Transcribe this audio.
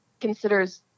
considers